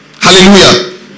Hallelujah